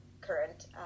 current